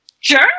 Sure